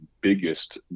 biggest